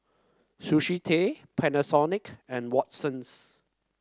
Sushi Tei Panasonic and Watsons